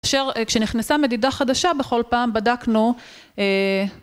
כשנכנסה מדידה חדשה בכל פעם, בדקנו